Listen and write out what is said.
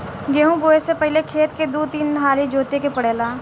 गेंहू बोऐ से पहिले खेत के दू तीन हाली जोते के पड़ेला